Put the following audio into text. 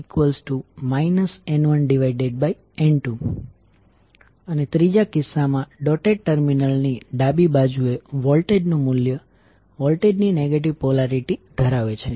તેથી I2I1 N1N2 અને ત્રીજા કિસ્સામા ડોટેડ ટર્મિનલની ડાબી બાજુએ વોલ્ટેજ નું મૂલ્ય વોલ્ટેજ ની નેગેટિવ પોલારીટી ધરાવે છે